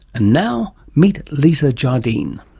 and now meet lisa jardine